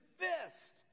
fist